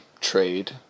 trade